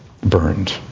burned